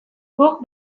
guk